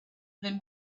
than